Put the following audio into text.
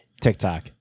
TikTok